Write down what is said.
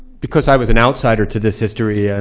because i was an outsider to this history, and